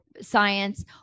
science